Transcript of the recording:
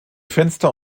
fenster